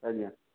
ଆଜ୍ଞା